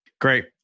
Great